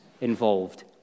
involved